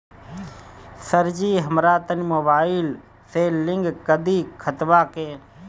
सरजी हमरा तनी मोबाइल से लिंक कदी खतबा के